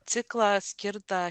ciklą skirtą